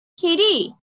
Katie